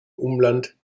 umland